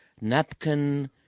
napkin